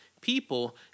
people